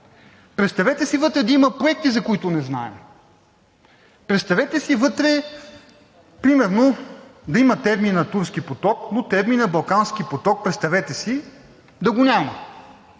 представете си вътре да има проекти, за които не знаем, представете си вътре примерно да има термина „Турски поток“, но терминът „Балкански поток“, представете си да го няма.